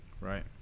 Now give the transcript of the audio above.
Right